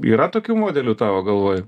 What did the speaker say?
yra tokių modelių tavo galvoj